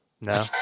No